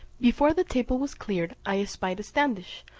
before the table was cleared, i espied a standish,